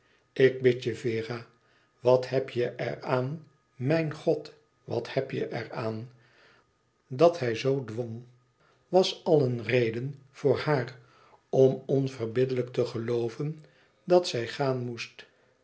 ik bid je vera wat heb je er aan mijn god wat heb je er aan dat hij zoo dwong was al een reden voor haar om onverbiddelijk te gelooven dat zij gaan moest